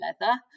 leather